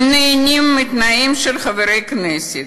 הם נהנים מתנאים של חברי כנסת,